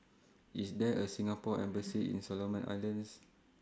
IS There A Singapore Embassy in Solomon Islands